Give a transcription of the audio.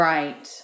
Right